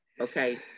okay